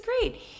great